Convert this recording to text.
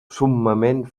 summament